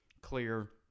clear